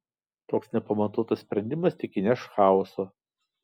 toks nepamatuotas sprendimas tik įneš chaoso